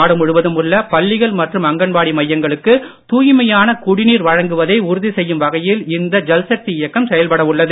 நாடு முழுவதிலும் உள்ள பள்ளிகள் மற்றும் அங்கன்வாடி மையங்களுக்கு தாய்மையான குடிநீர் வழங்குவதை உறுதி செய்யும் வகையில் இந்த ஜல்சக்தி இயக்கம் செயல்பட உள்ளது